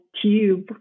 tube